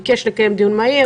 ביקש לקיים דיון מהיר.